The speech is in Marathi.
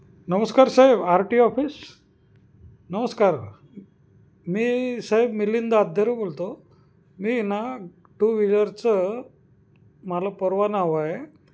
नमस्कार साहेब आर टी ऑफिस नमस्कार मी साहेब मिलिंद आध्यरू बोलतो मी ना टू व्हीलरचं मला परवाना हवा आहे